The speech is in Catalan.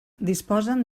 disposen